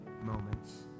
moments